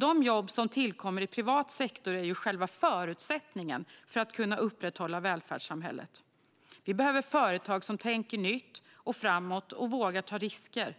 De jobb som tillkommer i privat sektor är själva förutsättningen för att kunna upprätthålla välfärdssamhället. Vi behöver företag som tänker nytt och framåt och som vågar ta risker.